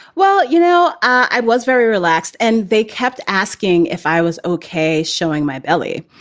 well, you know, i was very relaxed and they kept asking if i was okay showing my belly.